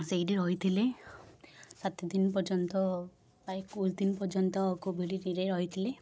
ସେଇଠି ରହିଥିଲେ ସାତଦିନ ପର୍ଯ୍ୟନ୍ତ ବା ଏକୋଇଶ ଦିନ ପର୍ଯ୍ୟନ୍ତ କୋଭିଡ଼୍ରେ ରହିଥିଲେ